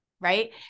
right